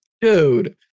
Dude